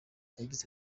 yagize